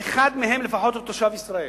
אחד מהם לפחות הוא תושב ישראל,